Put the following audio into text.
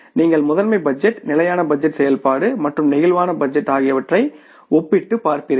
நீங்கள் master budget static budget செயல்பாடு மற்றும் பிளேக்சிபிள் பட்ஜெட் ஆகியவற்றை ஒப்பிட்டுப் பார்ப்பீர்கள்